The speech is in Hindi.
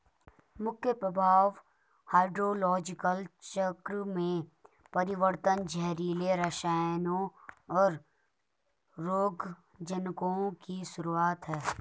मुख्य प्रभाव हाइड्रोलॉजिकल चक्र में परिवर्तन, जहरीले रसायनों, और रोगजनकों की शुरूआत हैं